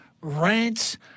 rants